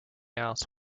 out